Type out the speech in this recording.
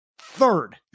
third